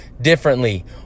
differently